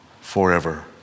Forever